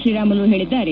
ಶ್ರೀರಾಮುಲು ಹೇಳಿದ್ದಾರೆ